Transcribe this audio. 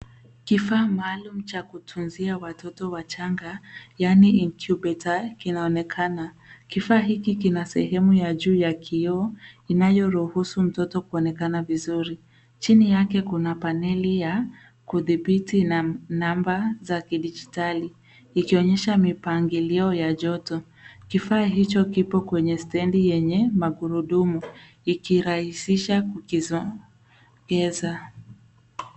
Kifaa maalum cha kutuzia watoto wachanga yaani incubator kinaonekana. Kifaa hiki kina sehemu ya juu ya kioo inayoruhusu mtoto kuonekana vizuri. Chini yake, kuna paneli ya kudhibiti namba za kidijitali ikionyesha mipangilio ya joto. Kifaa hicho kipo kwenye stendi yenye magurudumu ikirahisisha kukisogeza